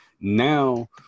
now